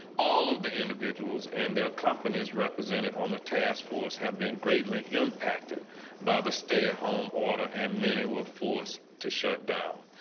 all of the individuals and their companies represented on the task force have been greatly impacted by the stay at home order and many were forced to shut down.